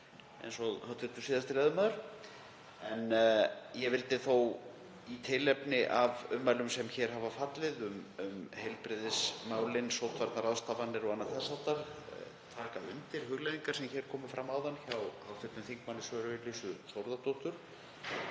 eins og síðasti ræðumaður, en ég vildi þó í tilefni af ummælum sem hér hafa fallið um heilbrigðismálin og sóttvarnaráðstafanir og annað þess háttar taka undir hugleiðingar sem hér komu fram áðan hjá hv. þm. Söru Elísu Þórðardóttur.